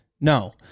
No